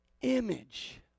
image